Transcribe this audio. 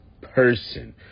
person